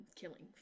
killing